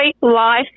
life